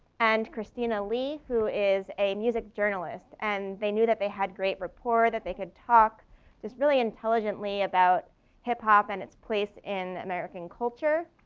and christina lee, who is a music journalist. and they knew that they had great rapport, that they could talk just really intelligently about hip-hop and it's place in american culture.